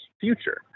future